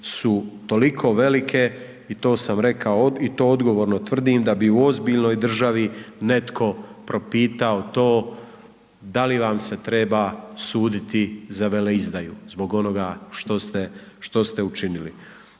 su toliko velike i to sam rekao i to odgovorno tvrdim da bi u ozbiljnoj državi netko propitao to da li vam se treba suditi za veleizdaju zbog onoga što ste učinili,